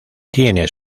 tiene